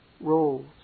roles